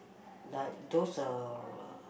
like those uh